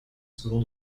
souvent